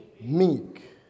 meek